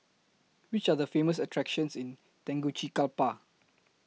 Which Are The Famous attractions in Tegucigalpa